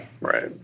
right